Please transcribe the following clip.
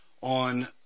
on